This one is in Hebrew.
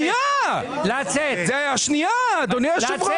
שנייה, שנייה, אדוני היושב ראש.